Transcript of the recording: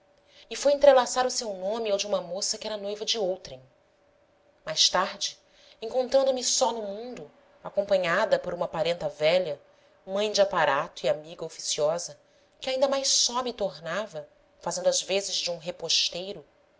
e foi entrelaçar o seu nome ao de uma moça que era noiva de outrem mais tarde encontrando me só no mundo acompanhada por uma parenta velha mãe de aparato e amiga oficiosa que ainda mais só me tornava fazendo as vezes de um reposteiro